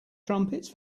trumpets